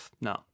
No